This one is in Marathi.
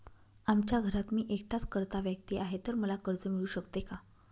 आमच्या घरात मी एकटाच कर्ता व्यक्ती आहे, तर मला कर्ज मिळू शकते का?